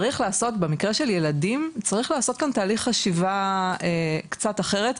צריך לעשות במקרה של ילדים, תהליך חשיבה קצת אחרת.